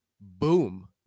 boom